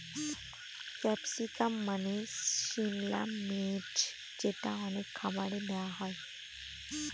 capsicum মানে সিমলা মির্চ যেটা অনেক খাবারে দেওয়া হয়